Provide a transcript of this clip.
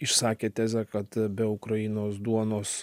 išsakė tezę kad be ukrainos duonos